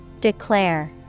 Declare